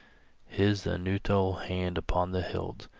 his the inutile hand upon the hilt,